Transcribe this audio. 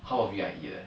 half of it I eat leh